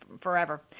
forever